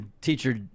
teacher